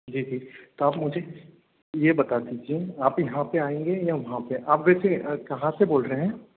जी जी तो आप मुझे ये बता दीजिए आप यहाँ पर आएँगे या वहाँ पर आप वैसे कहाँ से बोल रहे हैं